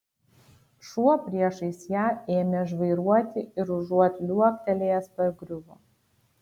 šuo priešais ją ėmė žvairuoti ir užuot liuoktelėjęs pargriuvo